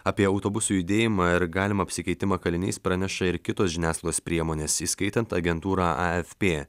apie autobusų judėjimą ir galimą apsikeitimą kaliniais praneša ir kitos žiniasklaidos priemonės įskaitant agentūrą afp